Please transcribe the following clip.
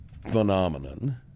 phenomenon